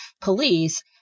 police